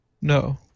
No